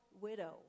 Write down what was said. widow